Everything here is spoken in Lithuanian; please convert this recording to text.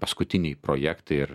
paskutinį projektą ir